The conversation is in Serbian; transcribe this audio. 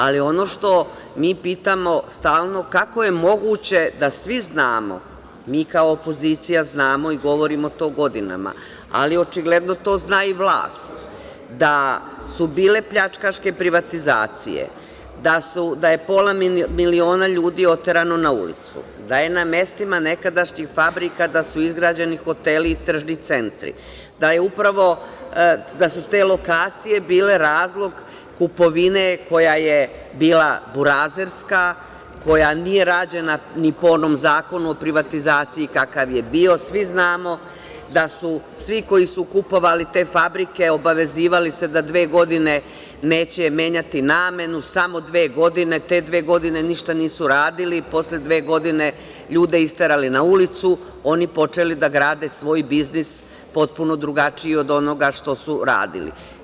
Ali, ono što mi pitamo stalno je kako je moguće da svi znamo, mi kao opozicija znamo i govorimo to godinama, ali očigledno to zna i vlast, da su bile pljačkaške privatizacije, da je pola miliona ljudi oterano na ulicu, da su na mestima nekadašnjih fabrika izgrađeni hoteli i tržni centri, da su te lokacije bile razlog kupovine koja je bila burazerska, koja nije rađena ni po onom Zakonu o privatizaciji, kakav je bio svi znamo, da su svi koji su kupovali te fabrike obavezivali se da dve godine neće menjati namenu, samo dve godine, i te dve godine ništa nisu radili i posle dve godine ljude isterali na ulicu, oni počeli da grade svoj biznis potpuno drugačiji od onoga što su radili.